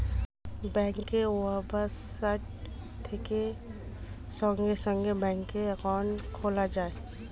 ব্যাঙ্কের ওয়েবসাইট থেকে সঙ্গে সঙ্গে ব্যাঙ্কে অ্যাকাউন্ট খোলা যায়